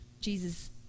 Jesus